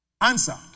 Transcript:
Answer